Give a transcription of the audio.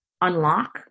unlock